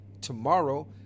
tomorrow